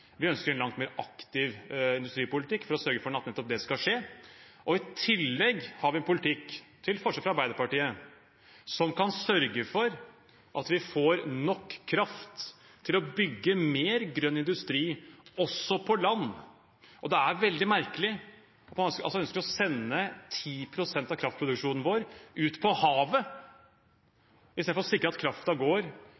Vi ønsker en langt mer aktiv industripolitikk for å sørge for at nettopp det skal skje. I tillegg har vi en politikk – til forskjell fra Arbeiderpartiet – som kan sørge for at vi får nok kraft til å bygge mer grønn industri også på land. Det er veldig merkelig at man altså ønsker å sende 10 pst. av kraftproduksjonen vår ut på havet,